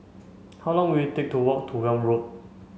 how long will it take to walk to Welm Road